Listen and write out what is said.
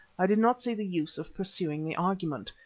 i did not see the use of pursuing the argument.